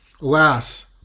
Alas